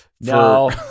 No